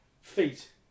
Feet